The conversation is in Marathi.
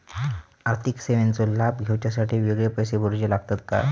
आर्थिक सेवेंचो लाभ घेवच्यासाठी वेगळे पैसे भरुचे लागतत काय?